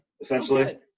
essentially